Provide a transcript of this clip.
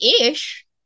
ish